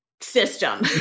system